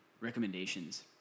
Recommendations